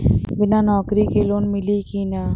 बिना नौकरी के लोन मिली कि ना?